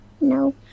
no